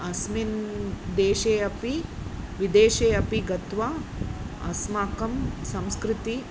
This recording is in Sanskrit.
अस्मिन् देशे अपि विदेशे अपि गत्वा अस्माकं संस्कृतेः